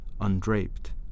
undraped